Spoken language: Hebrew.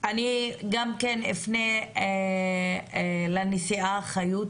אני אפנה גם לנשיאה חיות